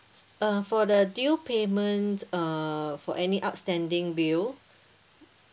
uh for the due payment uh for any outstanding bill